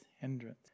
hindrance